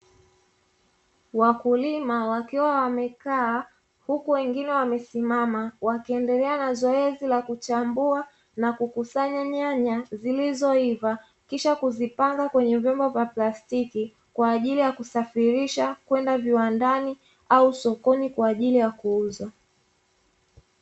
Wakulima wakiwa wamekaa huku wengine wamesimama wakiendelea na zoezi la kuchambua na kukusanya nyanya zilizoiva, kisha kuzipanga kwenye vyombo vya plastiki kwa ajili ya kusafirisha kwenda viwandani au sokoni kwa ajili ya kuuza.